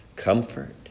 Comfort